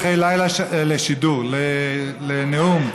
לשידור, לנאום,